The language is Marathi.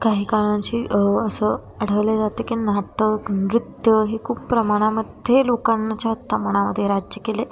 काही काळांशी असं आढळले जातं की नाटक नृत्य हे खूप प्रमाणामध्ये लोकांच्या आत्ता मनामध्ये राज्य केले